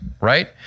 Right